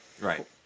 Right